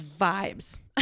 Vibes